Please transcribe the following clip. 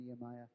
Nehemiah